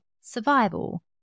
survival